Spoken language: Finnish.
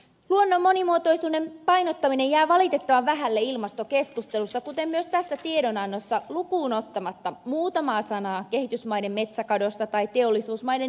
luonnon monimuotoisuuden painottaminen jää valitettavan vähälle ilmastokeskustelussa kuten myös tässä tiedonannossa lukuun ottamatta muutamaa sanaa kehitysmaiden metsäkadosta tai teollisuusmaiden nielulaskennasta